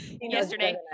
Yesterday